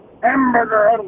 hamburger